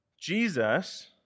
Jesus